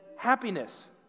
Happiness